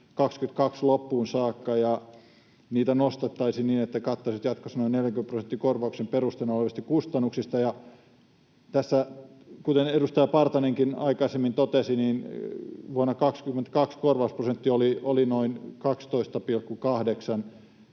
22 loppuun saakka ja niitä nostettaisiin niin, että ne kattaisivat jatkossa noin 40 prosenttia korvauksen perusteena olevista kustannuksista. Ja tässä, kuten edustaja Partanenkin aikaisemmin totesi, vuonna 22 korvausprosentti oli noin 12,8 ja se